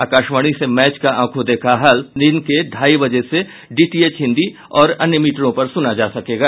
आकाशवाणी से मैच का आंखों देखा हाल दिन के ढाई बजे से डीटीएच हिंदी और अन्य मीटरों पर सुना जा सकेगा